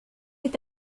est